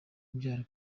ibyaro